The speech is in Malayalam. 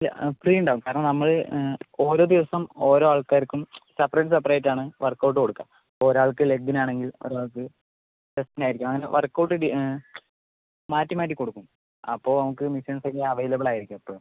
ആ ഫ്രീ ഉണ്ടാവും കാരണം നമ്മൾ ഓരോ ദിവസം ഓരോ ആൾക്കാർക്കും സപ്പറേറ്റ് സപ്പറേറ്റ് ആണ് വർക്ക് ഔട്ട് കൊടുക്കുക ഇപ്പോൾ ഒരു ആൾക്ക് ലെഗ്ഗിന് ആണെങ്കിൽ ഒരു ആൾക്ക് ചെസ്റ്റിന് ആയിരിക്കും അങ്ങനെ വർക്ക് ഔട്ട് മാറ്റി മാറ്റി കൊടുക്കും അപ്പോൾ നമുക്ക് മെഷീൻസ് ഒക്കെ അവൈലബിൾ ആയിരിക്കും എപ്പോഴും